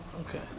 Okay